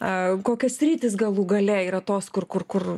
a kokios sritis galų gale yra tos kur kur kur